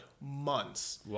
months